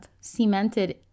cemented